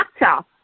actor